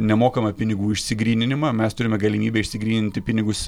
nemokamą pinigų išsigryninimą mes turime galimybę išsigryninti pinigus